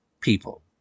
people